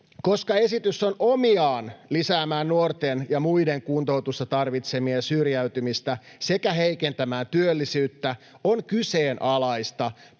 Koska esitys on omiaan lisäämään nuorten ja muiden kuntoutusta tarvitsevien syrjäytymistä sekä heikentämään työllisyyttä, on kyseenalaista,